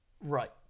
Right